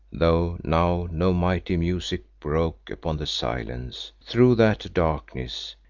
though now no mighty music broke upon the silence, through that darkness,